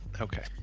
Okay